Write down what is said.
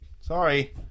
Sorry